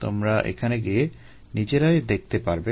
তোমরা এখানে গিয়ে নিজেরাই দেখে পারবে